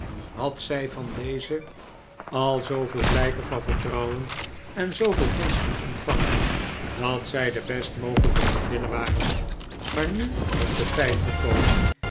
had zij van deze al zooveel blijken van vertrouweh en zooveel gunsten ontvangen dat zij de best mogelijke vriendinnen waren maar nu was de tijd gekomen